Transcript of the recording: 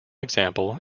example